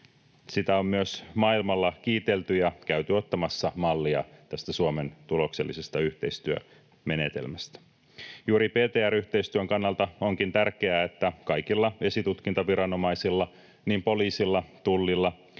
Sitä on myös maailmalla kiitelty ja käyty ottamassa mallia tästä Suomen tuloksellisesta yhteistyömenetelmästä. Juuri PTR-yhteistyön kannalta onkin tärkeää, että kaikilla esitutkintaviranomaisilla, niin poliisilla, Tullilla